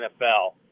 NFL